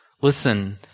Listen